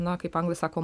na kaip anglai sako